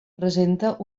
presenta